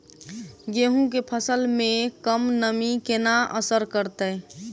गेंहूँ केँ फसल मे कम नमी केना असर करतै?